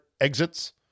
exits